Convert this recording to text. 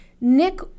Nick